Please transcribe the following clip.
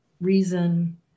reason